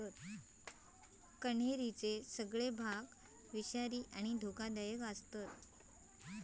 कण्हेरीचे सगळे भाग विषारी आणि धोकादायक आसतत